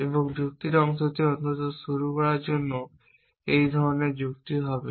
এবং যুক্তির অংশটি অন্তত শুরু করার জন্য একই ধরণের যুক্তি হবে